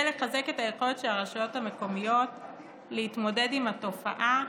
כדי לחזק את היכולת של הרשויות המקומיות להתמודד עם התופעה,